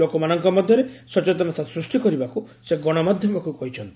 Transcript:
ଲୋକମାନଙ୍କ ମଧ୍ୟରେ ସଚେତନତା ସୃଷ୍ଟି କରିବାକୁ ସେ ଗଶମାଧ୍ୟମକୁ କହିଚ୍ଛନ୍ତି